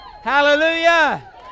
Hallelujah